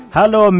Hello